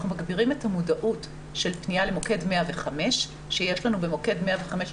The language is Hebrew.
אנחנו מגבירים את המודעות של פנייה למוקד 105. במוקד 105 יש